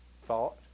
thought